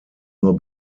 nur